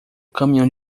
caminhão